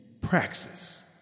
praxis